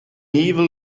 evil